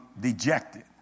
dejected